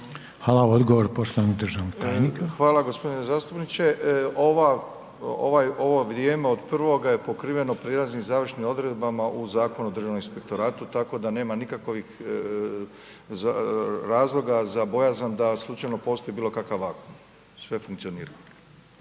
Hvala. Odgovor poštovanog državnog tajnika. **Milatić, Ivo** Hvala g. zastupniče. Ovo vrijeme od prvoga je pokriveno prijelaznim i završnim odredbama u Zakonu o Državnom inspektoratu, tako da nema nikakvih razloga za bojazan da slučajno postoji bilo kakav .../nerazumljivo/... Sve funkcionira.